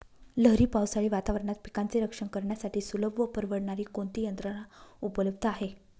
लहरी पावसाळी वातावरणात पिकांचे रक्षण करण्यासाठी सुलभ व परवडणारी कोणती यंत्रणा उपलब्ध आहे?